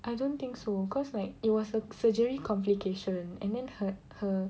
I don't think so cause like it was a surgery complication and then her her